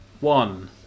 one